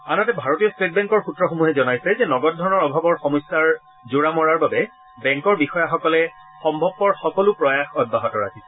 আনহাতে ভাৰতীয় ষ্টেট বেংকৰ সূত্ৰসমূহে জনাইছে যে নগদ ধনৰ অভাৱৰ সমস্যাৰ জোৰা মৰাৰ বাবে বেংকৰ বিষয়াসকলে সম্ভৱপৰ সকলো প্ৰয়াস অব্যাহত ৰাখিছে